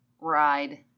ride